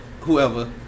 whoever